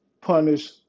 punish